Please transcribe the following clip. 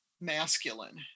masculine